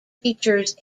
features